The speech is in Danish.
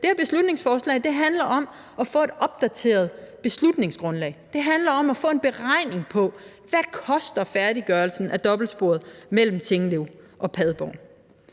Det her beslutningsforslag handler om at få et opdateret beslutningsgrundlag. Det handler om at få en beregning på, hvad færdiggørelsen af dobbeltsporet mellem Tinglev og Padborg